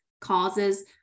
causes